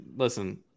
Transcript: Listen